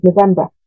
November